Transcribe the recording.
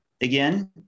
again